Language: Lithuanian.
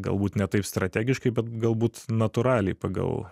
galbūt ne taip strategiškai bet galbūt natūraliai pagal